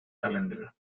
calendar